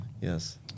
Yes